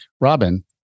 Robin